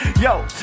Yo